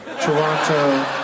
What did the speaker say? Toronto